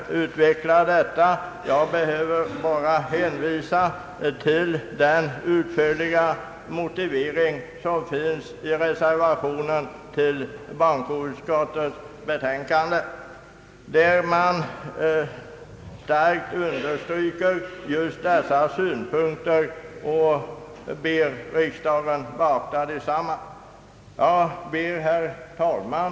Jag behöver bara hänvisa till den utförliga motivering som finns i den reservation som fogats till bankoutskot tets utlåtande. Reservanterna understryker starkt de synpunkter jag här framfört och ber riksdagen beakta desamma. Herr talman!